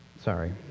Sorry